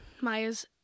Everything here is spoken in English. Maya's